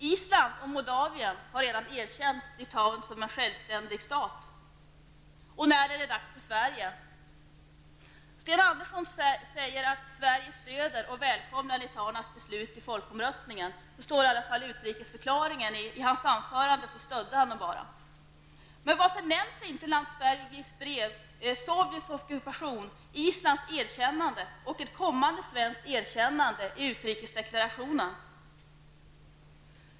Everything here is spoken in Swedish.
Island och Moldavien har redan erkänt Litauen som självständig stat. När är det dags för Sverige? Sten Andersson säger att Sverige ''stöder'' och ''välkomnar'' litauernas beslut i folkomröstningen. Så står det i alla fall i utrikesförklaringen -- i sitt anförande stödde han det bara. Men varför nämns inte Landsbergis brev, Sovjets ockupation, Islands erkännande och ett kommande svenskt erkännande i utrikesdeklarationen?